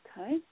Okay